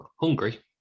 hungry